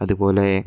അതുപോലെ